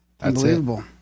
Unbelievable